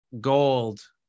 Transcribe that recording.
gold